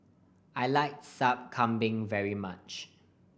I like Sup Kambing very much